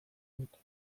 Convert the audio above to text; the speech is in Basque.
dut